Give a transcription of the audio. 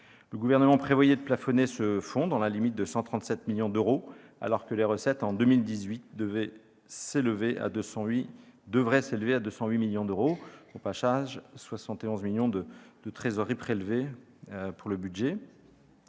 Le Gouvernement prévoyait de plafonner ce fonds dans la limite de 137 millions d'euros, alors que les recettes, en 2018, devraient s'élever à 208 millions d'euros- au passage 71 millions d'euros de trésorerie prélevés pour le budget,